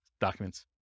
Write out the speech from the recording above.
documents